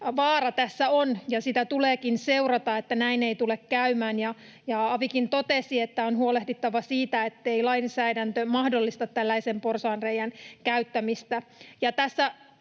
vaara tässä on. Ja tuleekin seurata, että näin ei tule käymään. Avikin totesi, että on huolehdittava siitä, ettei lainsäädäntö mahdollista tällaisen porsaanreiän käyttämistä.